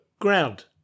ground